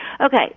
Okay